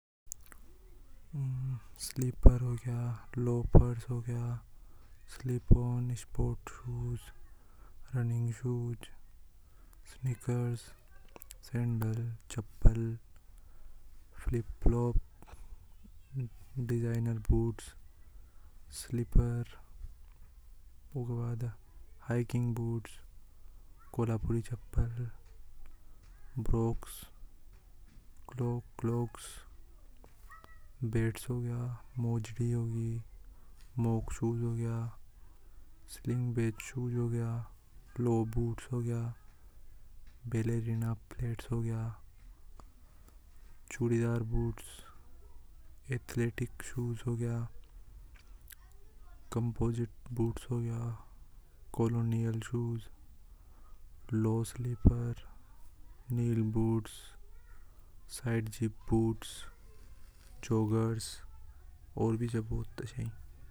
﻿स्लीपर हो गया लोफर हो गया slip on sports shoes running shoes sneakers sandal chappal flip flop designer boots slipper together hiking boots Kolhapuri chappal brogues clogs clogs bed सो गया। मोजड़ी होगी मौके शूज हो गया स्लिंग बूट्स हो गया चूड़ीदार बूट्स। एथलेटिक शूज हो गया। कंपोजिट बूट्स हो गया कॉलोनियल शू जलो स्लीपर बूट्स जॉगर्स और भी छ बहुत।